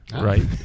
right